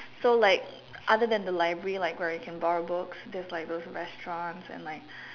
so like other than the library like where you can borrow books there's like those restaurants and like